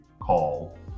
call